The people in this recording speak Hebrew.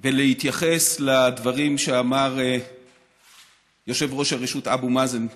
ולהתייחס לדברים שאמר יושב-ראש הרשות אבו מאזן לאחרונה.